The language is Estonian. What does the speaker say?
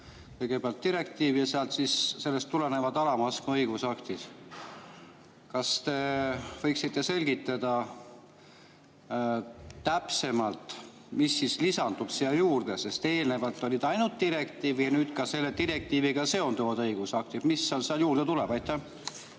Kõigepealt direktiiv ja sellest tulenevalt alama astme õigusaktid. Kas te võiksite selgitada täpsemalt, mis siia lisandub? Sest eelnevalt oli ainult direktiiv ja nüüd on ka selle direktiiviga seonduvad õigusaktid. Mis sinna siis juurde tuleb? Aitäh